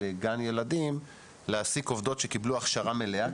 גן ילדים להעסיק עובדות שקיבלו הכשרה מלאה,